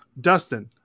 Dustin